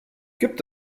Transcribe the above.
gibt